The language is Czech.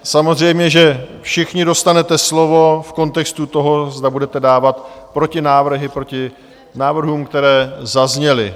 Samozřejmě všichni dostanete slovo v kontextu toho, zda budete dávat protinávrhy proti návrhům, které zazněly.